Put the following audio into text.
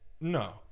No